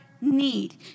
need